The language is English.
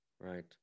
right